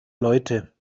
leute